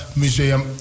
museum